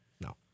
No